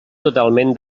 totalment